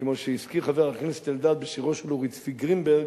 כמו שהזכיר חבר הכנסת אלדד בשירו של אורי צבי גרינברג,